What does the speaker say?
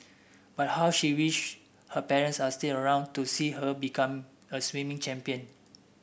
but how she wished her parents are still around to see her become a swimming champion